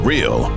Real